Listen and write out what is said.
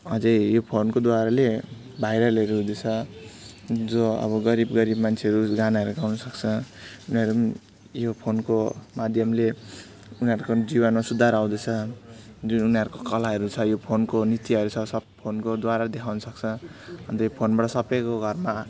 अझै यो फोनको द्वाराले भाइरलहरू हुँदैछ जो अब गरिब गरिब मान्छेहरू गानाहरू गाउनुसक्छ उनीहरू पनि यो फोनको माध्यमले उनीहरूको पनि जीवनमा सुधार आउँदैछ जुन उनीहरूको कलाहरू छ यो फोनको नृत्यहरू छ सब फोनको द्वारा देखाउनुसक्छ अन्त यो फोनबाट सबैको घरमा